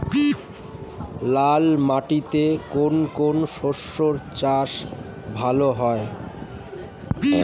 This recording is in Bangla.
লাল মাটিতে কোন কোন শস্যের চাষ ভালো হয়?